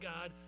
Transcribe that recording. God